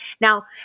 Now